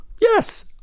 Yes